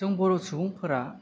जों बर' सुबुंफोरा